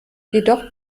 jedoch